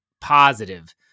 positive